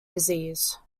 disease